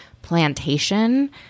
Plantation